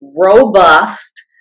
robust